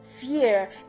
Fear